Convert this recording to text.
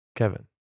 Kevin